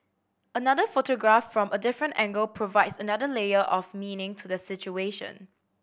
another photograph from a different angle provides another layer of meaning to the situation